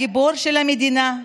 הגיבור של המדינה,